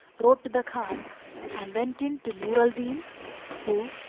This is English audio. rode to the khan and went in to nur al-din who,